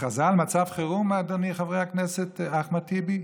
הכרזה על מצב חירום, אדוני חבר הכנסת אחמד טיבי?